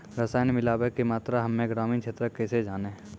रसायन मिलाबै के मात्रा हम्मे ग्रामीण क्षेत्रक कैसे जानै?